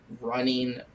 running